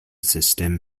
system